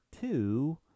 two